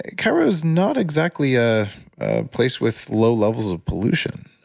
cairo's not exactly a place with low levels of pollution.